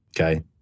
Okay